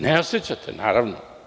Ne osećate, naravno.